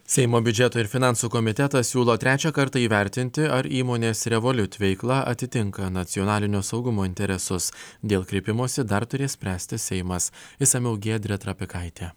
seimo biudžeto ir finansų komitetas siūlo trečią kartą įvertinti ar įmonės revolut veikla atitinka nacionalinio saugumo interesus dėl kreipimosi dar turės spręsti seimas išsamiau giedrė trapikaitė